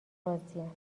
راضیم